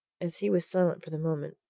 as he was silent for the moment,